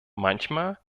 manchmal